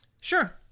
Sure